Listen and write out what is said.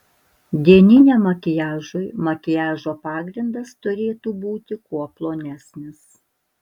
dieniniam makiažui makiažo pagrindas turėtų būti kuo plonesnis